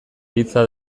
hitza